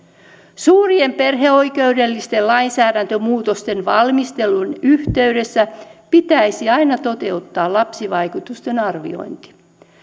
suurien perheoikeudellisten lainsäädäntömuutosten valmistelun yhteydessä pitäisi aina toteuttaa lapsivaikutusten arviointi